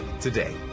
today